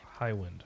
Highwind